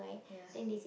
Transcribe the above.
ya